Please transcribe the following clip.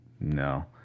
No